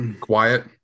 Quiet